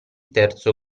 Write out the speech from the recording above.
terzo